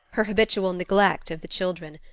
her habitual neglect of the children.